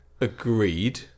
Agreed